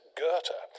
Goethe